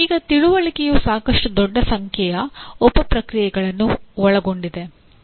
ಈಗ ತಿಳುವಳಿಕೆಯು ಸಾಕಷ್ಟು ದೊಡ್ಡ ಸಂಖ್ಯೆಯ ಉಪ ಪ್ರಕ್ರಿಯೆಗಳನ್ನು ಒಳಗೊಂಡಿದೆ